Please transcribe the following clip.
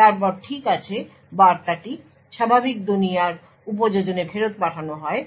তারপর ঠিক আছে বার্তাটি স্বাভাবিক দুনিয়ার উপযোজনে ফেরত পাঠানো হয়